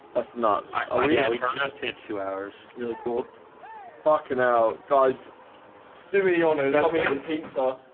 ah nuts. oh, yeah. we just hit two hours really cool fucking out guys do really owners don't mean pizza?